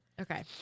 Okay